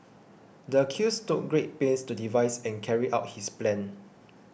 the accused took great pains to devise and carry out his plan